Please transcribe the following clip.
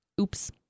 Oops